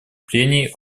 прений